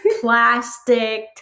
plastic